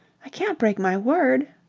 i can't break my word.